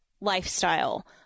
lifestyle